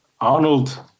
Arnold